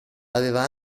aveva